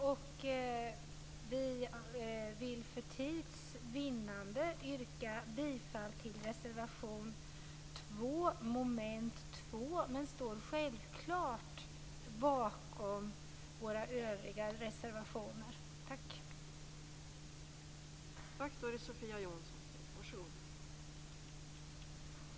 För tids vinnande yrkar vi bifall endast till reservation 2 under mom. 2 men självklart står vi också bakom våra övriga reservationer.